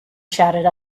shouted